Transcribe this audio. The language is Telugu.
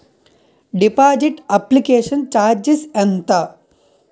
డిపాజిట్ అప్లికేషన్ చార్జిస్ ఎంత?